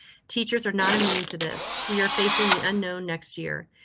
teachers are not immune to this. we are facing the unknown next year.